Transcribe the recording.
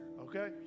okay